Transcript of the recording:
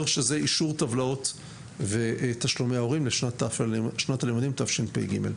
שזה אישור טבלאות תשלומי ההורים לשנת הלימודים תשפ"ג.